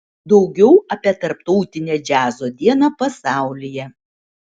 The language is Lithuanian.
daugiau apie tarptautinę džiazo dieną pasaulyje